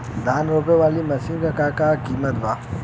धान रोपे वाली मशीन क का कीमत बा?